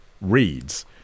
reads